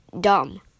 dumb